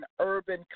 urban